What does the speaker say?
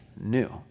new